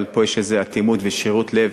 אבל פה יש איזה אטימות ושרירות לב